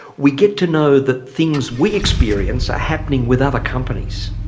we get to know that things we experience are happening with other companies.